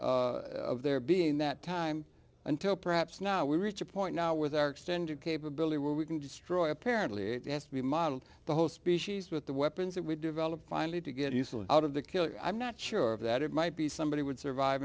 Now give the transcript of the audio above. of there being that time until perhaps now we reach a point now with our extended capability where we can destroy apparently it has to be modeled the whole species with the weapons that we developed finally to get useful out of the killer i'm not sure of that it might be somebody would survive